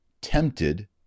tempted